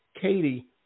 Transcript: Katie